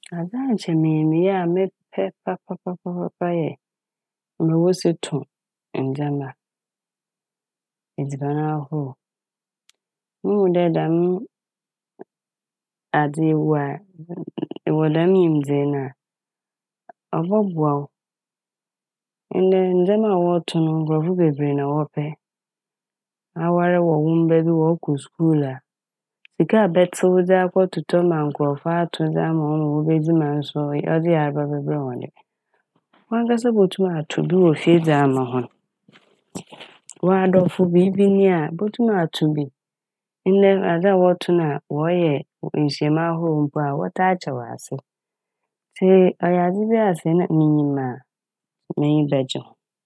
Adze a nkyɛ minyim yɛ a mepɛ papaapa yɛ mbrɛ wosi to ndzɛma, edziban ahorow. Muhu dɛ dɛm adze yi ewɔ a - ewɔ dɛm nyimdzee no a ɔbɔboa wo. Ndɛ ndzɛma a wɔto no nkorɔfo bebree na wɔpɛ. Awar wɔ wo mba bi wɔɔkɔ skuul a sika a ɛbɛtsew akɔtɔtɔ ma nkorɔfo ato dze ama hɔn ma wobedzi ma nso ɔdze yar bɛbrɛ hɔn de. Ɔankasa botum ato bi wɔ fie dze ama hɔn. W'adɔfo beebi nyi a ebotum ato bi. Ndɛ adze a wɔto na wɔɔyɛ nhyiamu ahorow a mpo wɔtaa kyɛ wɔ ase. Ntsi ɔyɛ adze bi a sɛ na minyim a m'enyi bɛgye ho.